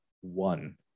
one